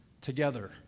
together